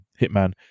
Hitman